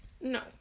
No